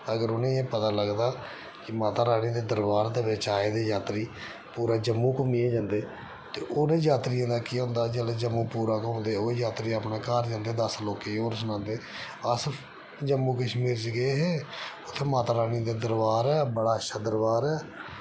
अगर उ'नेंगी एह् पता लगदा कि माता रानी दे दरबार दे बिच आए दे यात्री पूरा जम्मू घुम्मियै जंदे ते उ'नें यात्रियें दा केह् होंदा जेल्लै जम्मू पूरा घुम्मदे ओह् यात्री अपने घर जंदे दस्स लोकें गी होर सनांदे अस जम्मू कश्मीर च गे हे उत्थै माता रानी दा दरबार ऐ बड़ा अच्छा दरबार ऐ